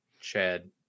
chad